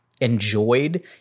enjoyed